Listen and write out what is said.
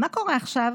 מה קורה עכשיו?